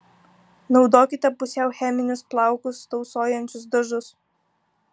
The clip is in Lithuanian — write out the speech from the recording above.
naudokite pusiau cheminius plaukus tausojančius dažus